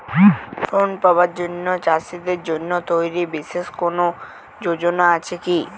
Loan পাবার জন্য চাষীদের জন্য তৈরি বিশেষ কোনো যোজনা আছে কি?